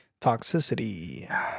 Toxicity